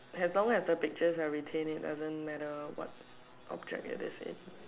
as long as the pictures are retained it doesn't matter what object it is in